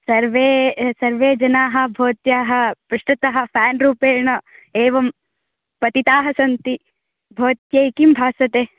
सर्वे सर्वे जनाः भवत्याः पृष्ठतः फेन् रूपेण एवं पतिताः सन्ति भवत्यै किं भासते